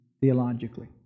theologically